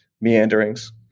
meanderings